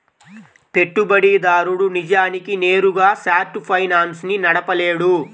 పెట్టుబడిదారుడు నిజానికి నేరుగా షార్ట్ ఫైనాన్స్ ని నడపలేడు